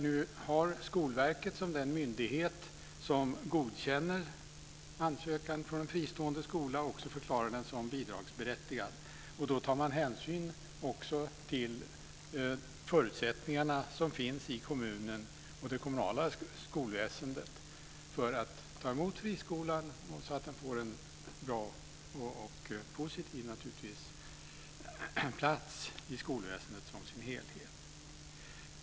Nu har vi Skolverket, som är den myndighet som godkänner ansökningar från fristående skolor och förklarar dem bidragsberättigade. Då tar man hänsyn också till de förutsättningar som finns i kommunen och det kommunala skolväsendet, så att friskolan kan tas emot och få en bra och positiv plats i skolväsendet som helhet.